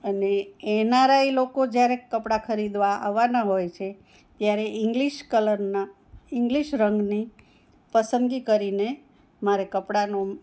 અને N R I લોકો જ્યારે કપડાં ખરીદવા આવવાનાં હોય છે ત્યારે ઇંગ્લિશ કલરના ઇંગ્લિશ રંગની પસંદગી કરીને મારે કપડાંનું